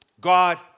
God